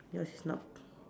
yours is not